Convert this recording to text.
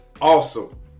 awesome